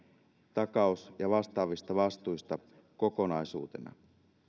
takaus ja vastaavista vastuista kokonaisuutena